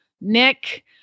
Nick